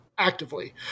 Actively